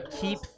keep